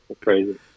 crazy